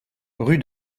rue